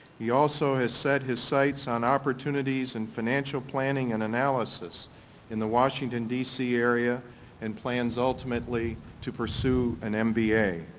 he also has set his sites on opportunities and financial planning and analysis in the washington, dc area and plans ultimately to pursue an mba.